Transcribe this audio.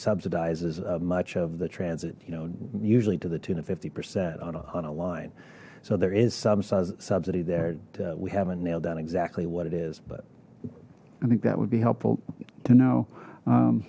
subsidizes much of the transit you know usually to the tune of fifty percent on a line so there is some subsidy there we haven't nailed down exactly what it is but i think that would be helpful to know